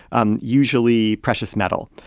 um usually precious metal,